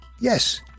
Yes